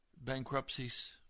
bankruptcies